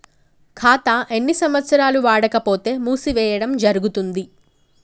ఖాతా ఎన్ని సంవత్సరాలు వాడకపోతే మూసివేయడం జరుగుతుంది?